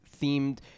themed